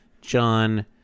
John